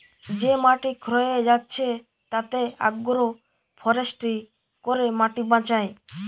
যে মাটি ক্ষয়ে যাচ্ছে তাতে আগ্রো ফরেষ্ট্রী করে মাটি বাঁচায়